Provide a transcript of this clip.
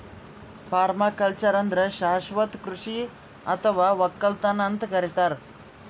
permaculture ಅಂದ್ರ ಶಾಶ್ವತ್ ಕೃಷಿ ಅಥವಾ ವಕ್ಕಲತನ್ ಅಂತ್ ಕರಿತಾರ್